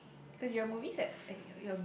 cause your movie is at eh youy your